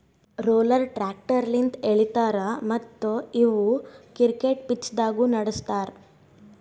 roller tractor ಲಿಂತ್ ಎಳಿತಾರ ಮತ್ತ್ ಇವು ಕ್ರಿಕೆಟ್ ಪಿಚ್ದಾಗ್ನು ನಡುಸ್ತಾರ್